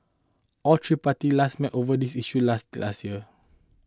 all three parties last met over this issue late last year